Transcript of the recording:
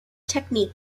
technique